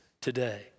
today